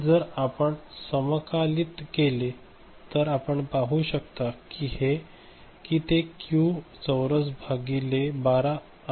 आणि जर आपण समाकलित केले तर आपण पाहू शकता की ते क्यू चौरस भागिले १२ आहे